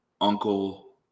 uncle